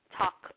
talk